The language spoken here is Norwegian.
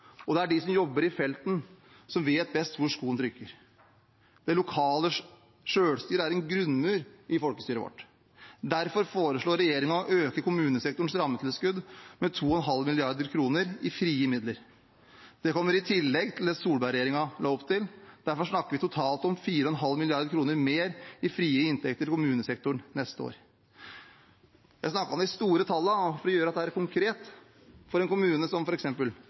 Det er de som jobber i felten, som vet best hvor skoen trykker. Det lokale selvstyret er en grunnmur i folkestyret vårt. Derfor foreslår regjeringen å øke kommunesektorens rammetilskudd med 2,5 mrd. kr i frie midler. Det kommer i tillegg til det Solberg-regjeringen la opp til. Dermed snakker vi totalt om 4,5 mrd. kr mer i frie inntekter til kommunesektoren neste år. Jeg snakker om de store tallene, men for å gjøre dette konkret: For en kommune som